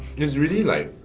it is really like,